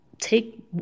take